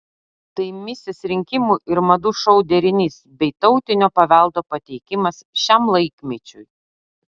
tai misis rinkimų ir madų šou derinys bei tautinio paveldo pateikimas šiam laikmečiui